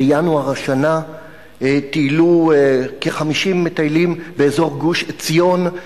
בינואר השנה טיילו כ-50 מטיילים באזור גוש-עציון,